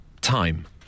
Time